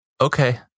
Okay